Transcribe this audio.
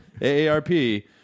AARP